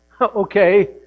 okay